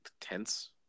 tense